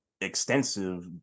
extensive